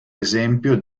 esempio